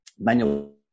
manual